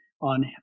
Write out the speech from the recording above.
on